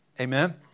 Amen